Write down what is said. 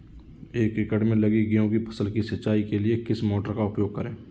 एक एकड़ में लगी गेहूँ की फसल की सिंचाई के लिए किस मोटर का उपयोग करें?